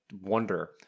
wonder